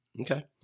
Okay